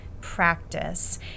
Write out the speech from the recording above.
practice